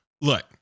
Look